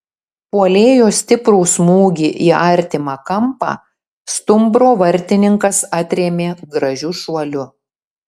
puolėjo stiprų smūgį į artimą kampą stumbro vartininkas atrėmė gražiu šuoliu